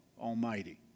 Almighty